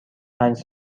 پنج